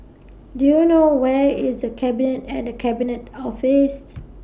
Do YOU know Where IS The Cabinet and The Cabinet Office